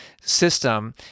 system